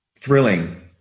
thrilling